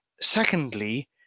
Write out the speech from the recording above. Secondly